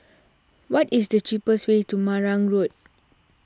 what is the cheapest way to Marang Road